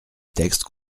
texte